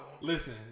Listen